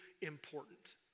important